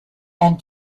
and